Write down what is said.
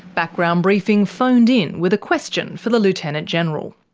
background briefing phoned in with a question for the lieutenant general.